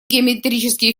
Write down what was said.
геометрические